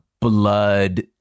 blood